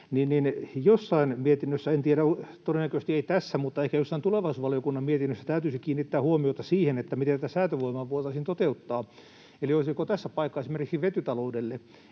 Jossain mietinnössä — en tiedä, todennäköisesti ei tässä, mutta ehkä jossain tulevaisuusvaliokunnan mietinnössä — täytyisi kiinnittää huomiota siihen, miten tätä säätövoimaa voitaisiin toteuttaa. Eli olisiko tässä paikka esimerkiksi vetytaloudelle?